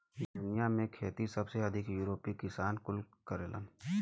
दुनिया में खेती सबसे अधिक यूरोपीय किसान कुल करेलन